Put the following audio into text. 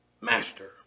master